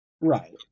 Right